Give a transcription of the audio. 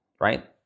right